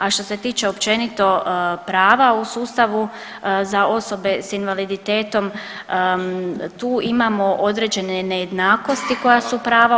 A što se tiče općenito prava u sustavu za osobe s invaliditetom tu imamo određene nejednakosti koja su prava